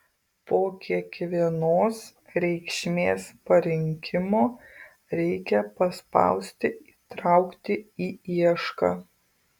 po kiekvienos reikšmės parinkimo reikia paspausti įtraukti į iešką